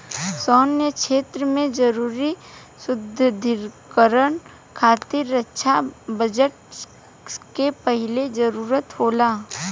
सैन्य क्षेत्र में जरूरी सुदृढ़ीकरन खातिर रक्षा बजट के पहिले जरूरत होला